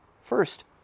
First